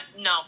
no